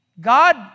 God